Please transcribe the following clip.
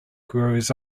grows